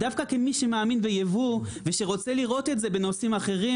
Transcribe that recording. דווקא כמי שמאמין בייבוא ורוצה לראות את זה בנושאים אחרים